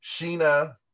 Sheena